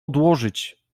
odłożyć